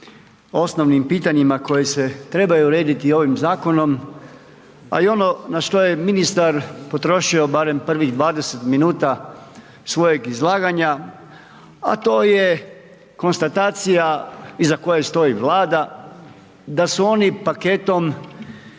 osnovnim pitanjima koje se trebaju urediti ovim zakonom, a i ono na što je ministar potrošio barem prvih 20 minuta svojeg izlaganja, a to je konstatacija iza koje stoji Vlada da su oni paketom